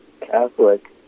Catholic